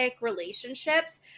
relationships